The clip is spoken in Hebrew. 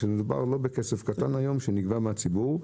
כשמדובר בכסף לא קטן היום שנגבה מהציבור,